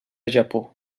japó